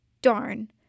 Darn